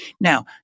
Now